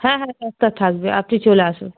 হ্যাঁ হ্যাঁ ডাক্তার থাকবে আজকে চলে আসো